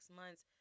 months